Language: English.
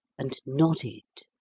and nodded.